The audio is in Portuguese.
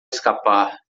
escapar